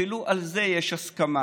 אפילו על זה יש הסכמה.